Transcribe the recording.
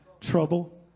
trouble